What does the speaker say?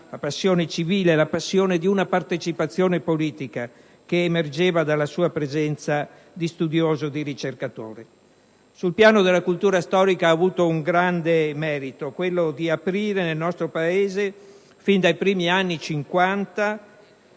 la passione civile di una partecipazione politica che emergeva dalla sua presenza di studioso e di ricercatore. Sul piano della cultura storica ha avuto un grande merito, quello di aprire nel nostro Paese, fin dai primi anni